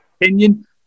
opinion